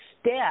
step